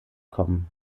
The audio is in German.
kommen